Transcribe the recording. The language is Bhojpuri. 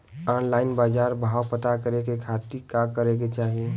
ऑनलाइन बाजार भाव पता करे के खाती का करे के चाही?